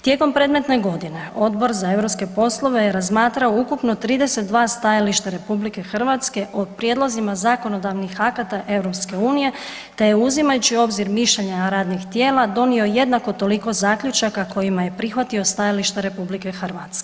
Tijekom predmetne godine, Odbor za europske poslove je razmatrao ukupno 32 stajališta RH o prijedlozima zakonodavnih akata EU-a te uzimajući u obzir mišljenja radnih tijela, donio je jednako toliko zaključaka kojima je prihvatio stajališta RH.